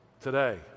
today